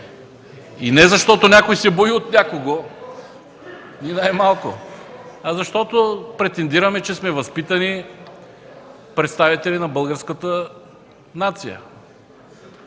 И не защото някой се бои от някого. Ни най-малко, а защото претендираме, че сме възпитани представители на българската нация.